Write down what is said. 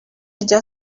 rya